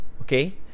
okay